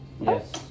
Yes